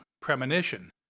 Premonition